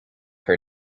her